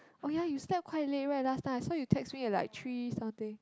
oh ya you slept quite late right last night I saw you text me at like three something